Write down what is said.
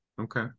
Okay